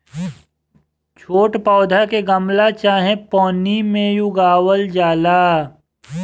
छोट पौधा के गमला चाहे पन्नी में उगावल जाला